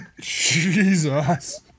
Jesus